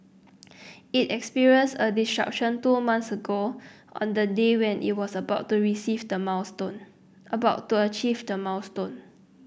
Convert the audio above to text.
it experienced a disruption two months ago on the day when it was about to receive the milestone about to achieve the milestone